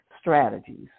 strategies